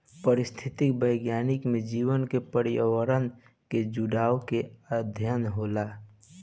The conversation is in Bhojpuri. पारिस्थितिक विज्ञान में जीव के पर्यावरण से जुड़ाव के अध्ययन होला